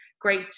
great